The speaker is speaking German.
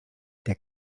der